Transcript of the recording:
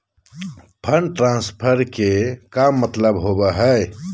Fund transfer के का मतलब होव हई?